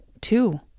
Two